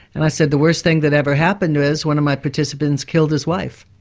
and i said the worst thing that ever happened is, one my participants killed his wife.